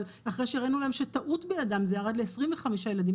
אבל אחרי שהראינו להם שטעות בידם זה ירד על 25 ילדים.